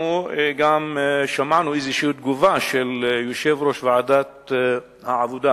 אנחנו גם שמענו תגובה של יושב-ראש ועדת העבודה